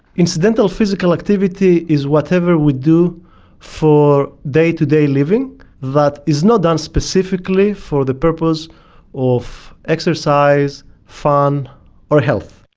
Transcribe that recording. incidental physical activity is whatever we do for day-to-day living that is not done specifically for the purpose of exercise, fun or health.